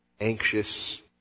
anxious